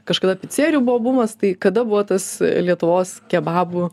kažkada picerijų buvo bumas tai kada buvo tas lietuvos kebabų